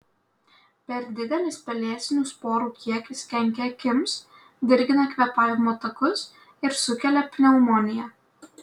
per didelis pelėsinių sporų kiekis kenkia akims dirgina kvėpavimo takus ir sukelia pneumoniją